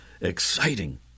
exciting